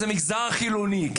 ומהמגזר החילוני.